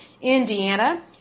Indiana